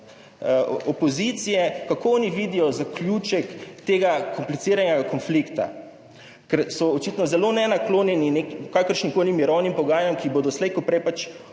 opozicije, kako oni vidijo zaključek tega kompliciranega konflikta, ker so očitno zelo nenaklonjeni kakršnimkoli mirovnim pogajanjem, ki bodo slej ko prej pač